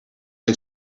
het